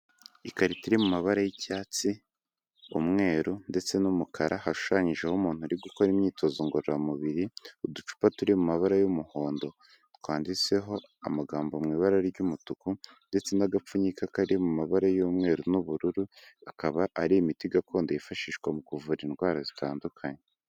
Ikarito iri mu mabara y'icyatsi, umweru ndetse n'umukara hashushanyijeho umuntu uri gukora imyitozo ngororamubiri, uducupa turi mu mabara y'umuhondo. Twanditseho amagambo mu ibara ry'umutuku ndetse n'agapfunyika kari mu mabara y'umweru n'ubururu, akaba ari imiti gakondo yifashishwa mu kuvura indwara zitandukanye.